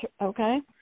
okay